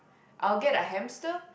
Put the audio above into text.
I would get a hamster